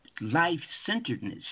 life-centeredness